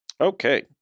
Okay